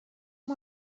amb